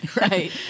Right